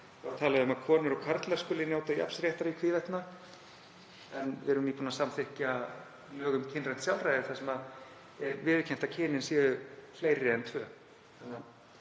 er talað um að konur og karlar skuli njóta jafns réttar í hvívetna, en við erum nýbúin að samþykkja lög um kynrænt sjálfræði þar sem er viðurkennt að kynin séu fleiri en tvö.